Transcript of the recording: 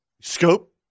Scope